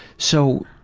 so.